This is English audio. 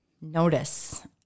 notice